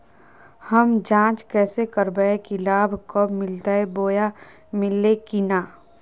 हम जांच कैसे करबे की लाभ कब मिलते बोया मिल्ले की न?